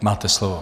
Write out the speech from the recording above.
Máte slovo.